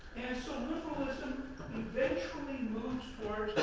so, liberalism eventually moves